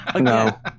no